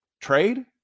trade